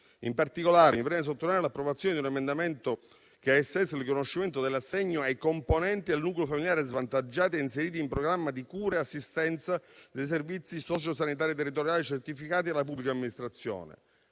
In particolare, mi preme sottolineare l'approvazione di un emendamento che ha esteso il riconoscimento dell'assegno ai componenti del nucleo familiare svantaggiati e inseriti in programma di cura e assistenza dei servizi socio-sanitari territoriali certificati dalla pubblica amministrazione,